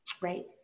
Right